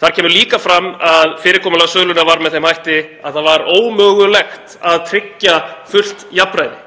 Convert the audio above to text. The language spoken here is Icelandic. Þar kemur líka fram að fyrirkomulag sölunnar var með þeim hætti að það var ómögulegt að tryggja fullt jafnræði.